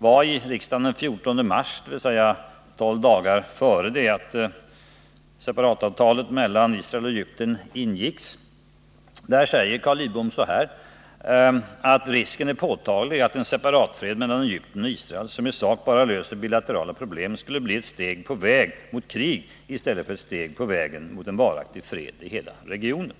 fördes i riksdagen den 14 mars, dvs. 12 dagar innan separatavtalet mellan Israel och Egypten ingicks. Då sade Carl Lidbom att risken är ”påtaglig att en separatfred mellan Egypten och Israel, som i sak bara löser bilaterala problem, skulle bli ett steg på vägen mot krig istället för ett steg på vägen mot en varaktig fred i hela regionen”.